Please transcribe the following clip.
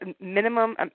minimum